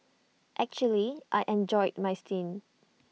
actually I enjoyed my stint